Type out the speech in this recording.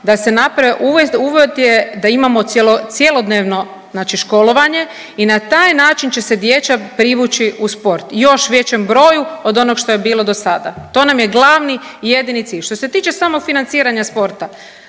da se naprave, uvjet je da imamo cjelodnevno znači školovanje i na taj način će se djeca privući u sport u još većem broju od onog što je bilo dosada. To nam je glavni i jedini cilj. Što se tiče samog financiranja sporta,